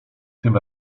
tym